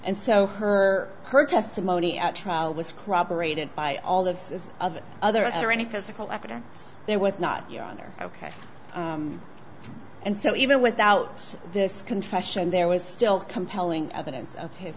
and so her her testimony at trial was scrubber rated by all of the other is there any physical evidence there was not your honor ok and so even without this confession there was still compelling evidence of his